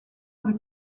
avec